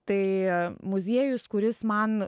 tai muziejus kuris man